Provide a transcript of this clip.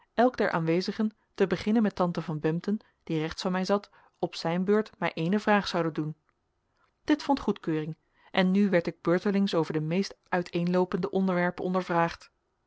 elk der aanwezigen te beginnen met tante van bempden die rechts van mij zat op zijn beurt mij eene vraag zoude doen dit vond goedkeuring en nu werd ik beurtelings over de meest uiteenloopende onderwerpen ondervraagd